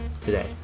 today